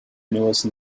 universe